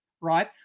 right